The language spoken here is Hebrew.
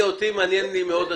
אותי התשובות מאוד מעניינות.